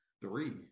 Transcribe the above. Three